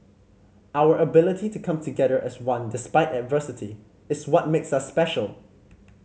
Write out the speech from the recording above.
our ability to come together as one despite adversity is what makes us special